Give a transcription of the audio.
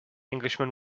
englishman